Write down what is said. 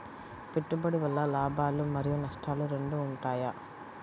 పెట్టుబడి వల్ల లాభాలు మరియు నష్టాలు రెండు ఉంటాయా?